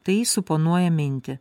tai suponuoja mintį